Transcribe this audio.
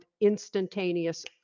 instantaneous